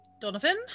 Donovan